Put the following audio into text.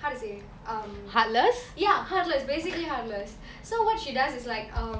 how to say um ya heartless basically heartless so what she does is like err